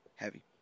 Heavy